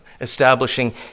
establishing